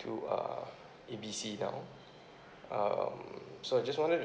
to uh A B C now um so I just wanted to